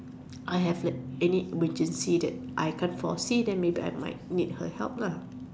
I have like any emergency that I can't foresee then I might need her help lah